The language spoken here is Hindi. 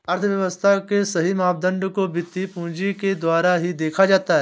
अर्थव्यव्स्था के सही मापदंड को वित्तीय पूंजी के द्वारा ही देखा जाता है